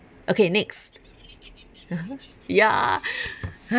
okay next (uh huh) ya